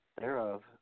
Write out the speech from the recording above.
Thereof